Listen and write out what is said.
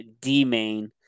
D-Main